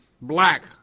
Black